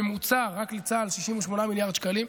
הממוצע רק לצה"ל, 68 מיליארד שקלים.